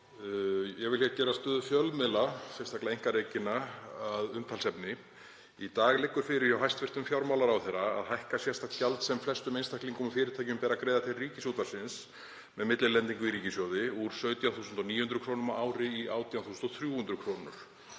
Ég vil gera stöðu fjölmiðla, sérstaklega einkarekinna, að umtalsefni. Í dag liggur fyrir hjá hæstv. fjármálaráðherra að hækka sérstakt gjald sem flestum einstaklingum og fyrirtækjum ber að greiða til Ríkisútvarpsins með millilendingu í ríkissjóði úr 17.900 kr. á ári í 18.300 kr.